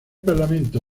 parlamento